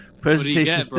Presentation